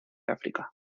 áfrica